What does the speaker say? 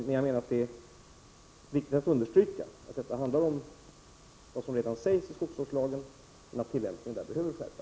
Men jag hävdar att det är viktigt att understryka att detta handlar om vad som redan sägs i skogsvårdslagen, men att tillämpningen av den behöver skärpas.